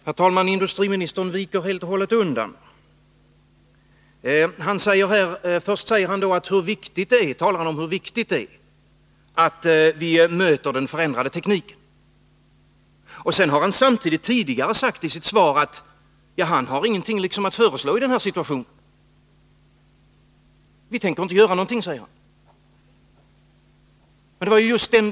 Herr talman! Industriministern viker helt och hållet undan. Han talar om hur viktigt det är att vi möter den förändrade tekniken. Samtidigt har han tidigare i sitt svar sagt att han inte har någonting att föreslå i denna situation. Vi tänker inte göra någonting, säger han.